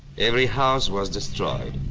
every house was destroyed.